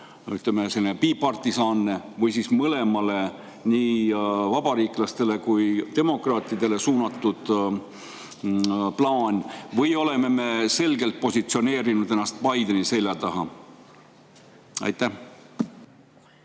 on sellinebipartisan- ehk siis mõlemale, nii vabariiklastele kui demokraatidele suunatud plaan või oleme me selgelt positsioneerinud ennast Bideni selja taha? Aitäh,